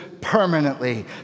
permanently